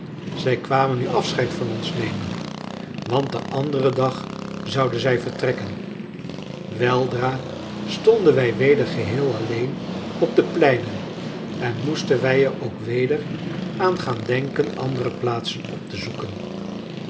zij kwamen nu afscheid van ons nemen want den anderen dag zouden zij vertrekken weldra stonden wij weder geheel alleen op de pleinen en moesten wij er ook weder aan gaan denken andere plaatsen op te zoeken